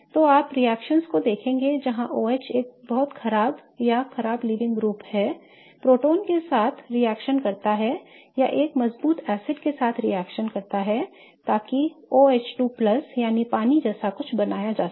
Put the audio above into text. तो आप रिएक्शनओं को देखेंगे जहां OH एक बहुत खराब या खराब लीविंग ग्रुप है प्रोटॉन के साथ रिएक्शन करता है या एक मजबूत एसिड के साथ रिएक्शन करता है ताकि OH2 यानी पानी जैसा कुछ बनाया जा सके